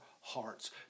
hearts